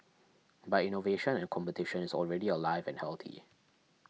but innovation and competition is already alive and healthy